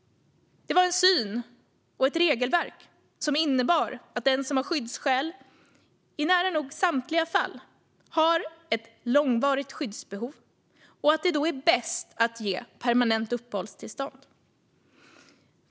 Det är en syn och ett regelverk som innebär att den som har skyddsskäl i nära nog samtliga fall har ett långvarigt skyddsbehov och att det då är bäst att ge permanent uppehållstillstånd.